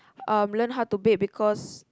um learn how to bake because